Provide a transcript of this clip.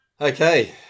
Okay